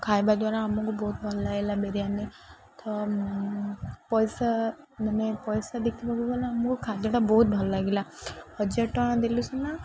ତ ଖାଇବା ଦ୍ୱାରା ଆମକୁ ବହୁତ ଭଲ ଲାଗିଲା ବିରିୟାନୀ ତ ପଇସା ମାନେ ପଇସା ଦେଖିବାକୁ ଗଲେ ଆମକୁ ଖାଦ୍ୟଟା ବହୁତ ଭଲ ଲାଗିଲା ହଜାର ଟଙ୍କା ଦେଲୁ ସିନା